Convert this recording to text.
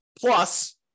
Plus